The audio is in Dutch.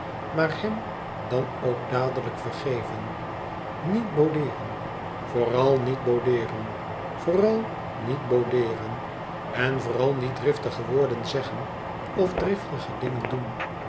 maar hem dan ook dadehjk vergeven niet boudeeren vooral niet boudeeren vooral niet boudeeren en vooral niet driftige woorden zeggen of driftige dingen doen